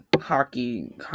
Hockey